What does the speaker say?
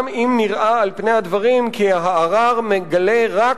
גם אם נראה על פני הדברים כי הערר מגלה רק